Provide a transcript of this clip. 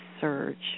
surge